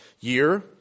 year